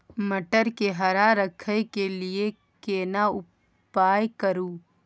मटर के हरा रखय के लिए केना उपाय करू?